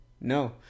no